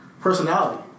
personality